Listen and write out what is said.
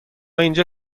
اینجا